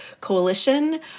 coalition